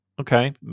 okay